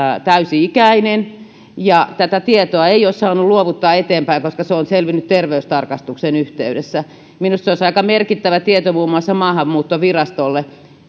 täysi ikäinen tätä tietoa ei ole saanut luovuttaa eteenpäin koska se on selvinnyt terveystarkastuksen yhteydessä minusta se olisi aika merkittävä tieto muun muassa maahanmuuttovirastolle